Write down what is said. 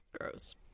Gross